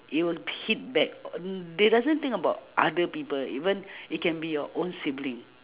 it will hit back on on~ they doesn't think about other people even it can be your own sibling